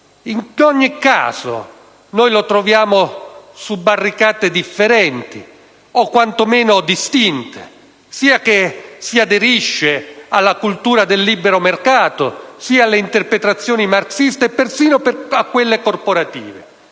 di un rapporto vissuto su barricate contrapposte o quantomeno distinte, sia che si aderisse alla cultura del libero mercato sia alle interpretazioni marxiste e persino a quelle corporative.